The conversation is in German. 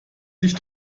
dich